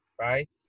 right